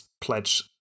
pledge